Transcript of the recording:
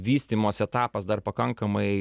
vystymosi etapas dar pakankamai